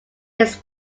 its